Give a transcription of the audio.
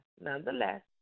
nonetheless